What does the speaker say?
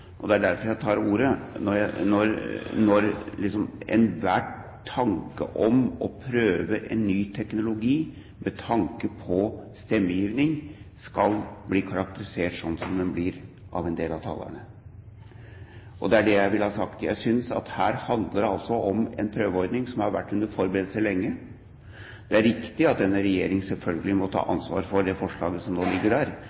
det er derfor jeg tar ordet – når enhver tanke om å prøve en ny teknologi med tanke på stemmegivning, skal bli karakterisert slik som den blir av en del av talerne. Det er det jeg vil ha sagt. Her handler det altså om en prøveordning som har vært under forberedelse lenge. Det er riktig at denne regjeringen selvfølgelig må ta «ansvar» for det forslaget som nå ligger der,